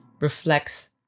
reflects